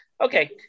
Okay